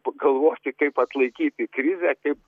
pagalvoti kaip atlaikyti krizę kaip